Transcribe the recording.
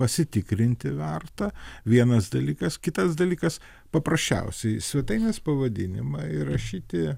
pasitikrinti verta vienas dalykas kitas dalykas paprasčiausiai svetainės pavadinimą įrašyti